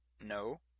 No